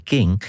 King